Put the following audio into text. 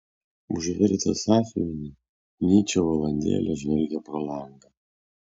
užvertęs sąsiuvinį nyčė valandėlę žvelgė pro langą